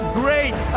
great